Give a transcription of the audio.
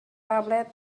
tablet